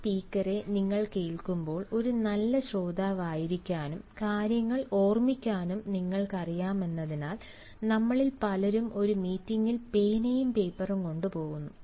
ഈ സ്പീക്കറെ നിങ്ങൾ കേൾക്കുമ്പോൾ ഒരു നല്ല ശ്രോതാവായിരിക്കാനും കാര്യങ്ങൾ ഓർമ്മിക്കാനും നിങ്ങൾക്കറിയാമെന്നതിനാൽ നമ്മളിൽ പലരും ഒരു മീറ്റിംഗിൽ പേനയും പേപ്പറും കൊണ്ട് പോകുന്നു